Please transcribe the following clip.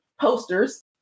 posters